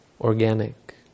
organic